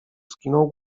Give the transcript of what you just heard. skinął